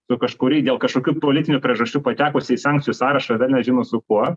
su kažkurį dėl kažkokių politinių priežasčių patekusį į sankcijų sąrašą velnias žino su kuo